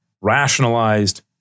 rationalized